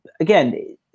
Again